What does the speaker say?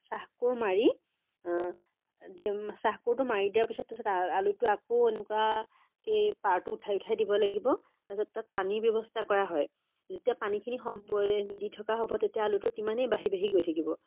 চাহ কোৰ মাৰি দি চাহ কোৰটো মাৰি দিয়াৰ পাছত তাৰ পাছত আলুটো আকৌ এনেকুৱাকৈ পাৰটো উঠাই উঠাই দিব লাগিব তাৰপিছত তাত পানী ব্যৱস্থা কৰা হয় যেতিয়া পানীখিনি দি থকা হ'ব তেতিয়া আলুটো তিমানেই বাঢ়ি বাঢ়ি গৈ থাকিব